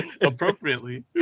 Appropriately